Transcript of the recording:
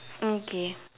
okay